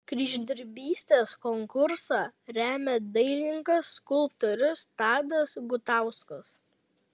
kryždirbystės konkursą remia dailininkas skulptorius tadas gutauskas